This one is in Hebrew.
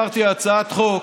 העברתי הצעת חוק,